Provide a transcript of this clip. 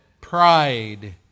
pride